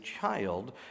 child